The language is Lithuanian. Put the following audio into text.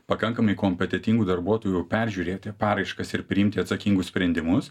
pakankamai kompetentingų darbuotojų peržiūrėti paraiškas ir priimti atsakingus sprendimus